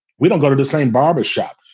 we don't go to the same barbershop.